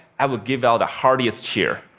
i would give out the heartiest cheer.